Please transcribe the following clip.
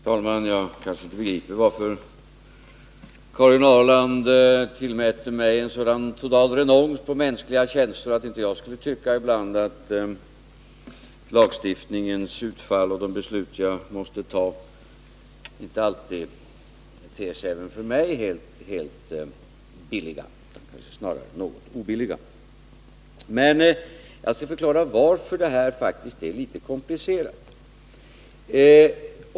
Herr talman! Jag begriper inte varför Karin Ahrland anser mig vara så totalt renons på mänskliga känslor att jag inte ibland skulle tycka att lagstiftningens utfall och de beslut jag måste fatta ter sig obilliga. Jag skall förklara varför det här faktiskt är litet komplicerat.